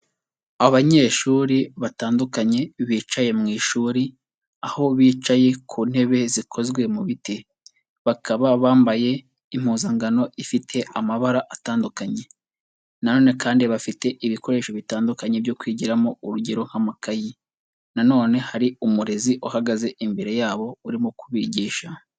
Abanyeshuri batandukanye bicaye mu ishuri aho bicaye ku ntebe zikozwe mu biti, bakaba bambaye impuzangano ifite amabara atandukanye na none kandi bafite ibikoresho bitandukanye byo kwigiramo urugero nk'amakayi na none hari umurezi uhagaze imbere yabo urimo kubigisha.